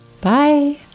bye